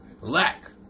lack